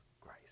grace